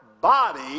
Body